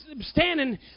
standing